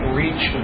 reach